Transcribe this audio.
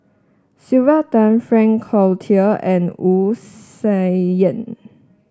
Sylvia Tan Frank Cloutier and Wu Tsai Yen